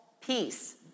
peace